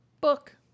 Book